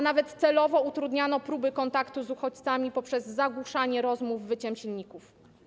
Nawet celowo utrudniano próby kontaktu z uchodźcami poprzez zagłuszanie rozmów wyciem silników.